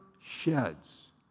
sheds